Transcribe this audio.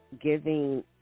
giving